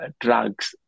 drugs